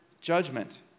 judgment